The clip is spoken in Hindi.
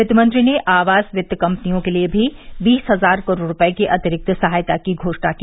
वित्त मंत्री ने आवास वित्त कंपनियों के लिए भी बीस हजार करोड़ रुपये की अतिरिक्त सहायता की घोषणा की